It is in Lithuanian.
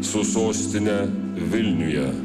su sostine vilniuje